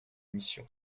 mission